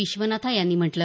विश्वनाथा यांनी म्हटलं